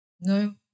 no